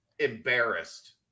Embarrassed